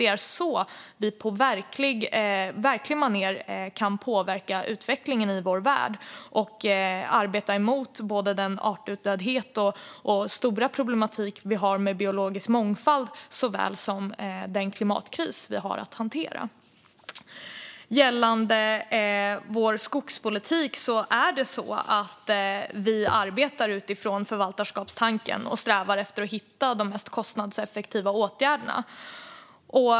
Det är så vi på verkligt manér kan påverka utvecklingen i vår värld och arbeta mot det artutdöende och de stora problem som finns med biologisk mångfald samt även den rådande klimatkrisen. När det gäller vår skogspolitik arbetar vi utifrån förvaltarskapstanken och strävar efter att hitta de mest kostnadseffektiva åtgärderna.